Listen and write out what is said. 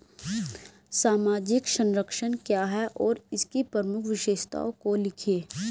सामाजिक संरक्षण क्या है और इसकी प्रमुख विशेषताओं को लिखिए?